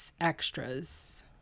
extras